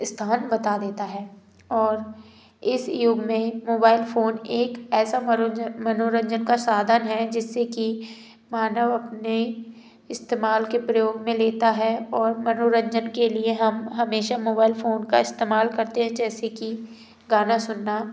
स्थान बता देता है और इस युग में मोबाइल फ़ोन एक ऐसा मनोरंजन का साधन है जिससे कि मानव अपने इस्तेमाल के प्रयोग में लेता है और मनोरंजन के लिए हम हमेशा मोबाइल फ़ोन का इस्तमाल करते हैं जैसे कि गाना सुनना